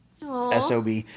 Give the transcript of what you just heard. SOB